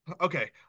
Okay